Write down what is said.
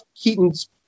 Keaton's